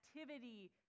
activity